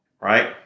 right